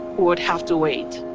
would have to wait.